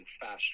faster